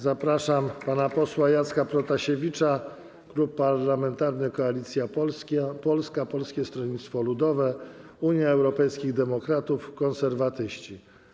Zapraszam pana posła Jacka Protasiewicza, Klub Parlamentarny Koalicja Polska - Polskie Stronnictwo Ludowe, Unia Europejskich Demokratów, Konserwatyści.